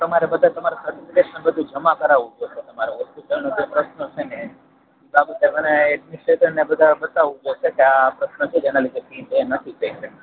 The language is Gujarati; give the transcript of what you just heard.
પણ તમારે બધા તમારા સર્ટિફિકેશન બધુ જમા કરાવું પડશે તમારે હોસ્પિટલનું જે પ્રશ્ન હશે ને એ સર્ટિફિકેશન ને બતાવું પડશે કે આ પ્રશ્ન છે જેના લીધે ફી પે નથી થઈ